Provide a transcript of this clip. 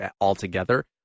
altogether